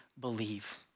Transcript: believe